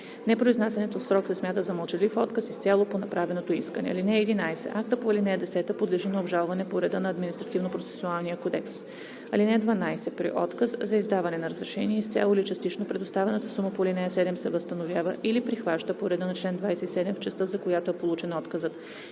Непроизнасянето в срок се смята за мълчалив отказ изцяло по направеното искане. (11) Актът по ал. 10 подлежи на обжалване по реда на Административнопроцесуалния кодекс. (12) При отказ за издаване на разрешение – изцяло или частично, предоставената сума по ал. 7 се възстановява или прихваща по реда на чл. 27 в частта, за която е получен отказът.“